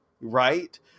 right